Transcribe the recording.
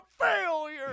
failure